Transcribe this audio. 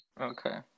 Okay